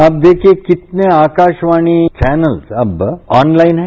आप देखिये कितने आकाशवाणी चौनल अब ऑनलाइन है